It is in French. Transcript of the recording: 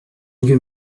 lieu